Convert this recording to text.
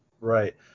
Right